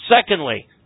Secondly